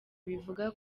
bivuga